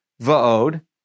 Va'od